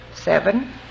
Seven